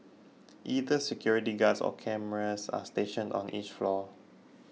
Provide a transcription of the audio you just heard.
either security guards or cameras are stationed on each floor